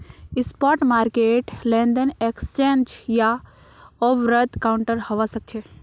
spot market लेनदेन exchange या over the counter हवा सक्छे